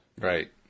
Right